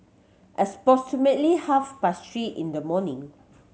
half past three in the morning